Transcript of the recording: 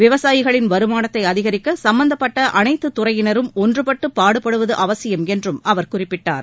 விவசாயிகளின் வருமானத்தை அதிகரிக்க சம்பந்தப்பட்ட அனைத்துத் துறையினரும் ஒன்றுபட்டு பாடுபடுவது அவசியம் என்றும் அவர் குறிப்பிட்டார்